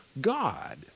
God